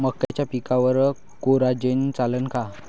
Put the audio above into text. मक्याच्या पिकावर कोराजेन चालन का?